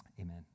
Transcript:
amen